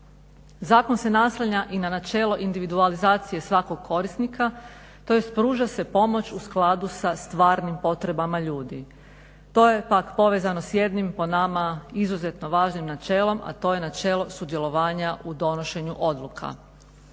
Zakon se naslanja i na načelo individualizacije svakog korisnika tj. pruža se pomoć u skladu sa stvarnim potrebama ljudi. To je pak povezano s jednim po nama izuzetno važnim načelom a to je načelo sudjelovanja u donošenju odluka.